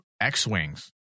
X-Wings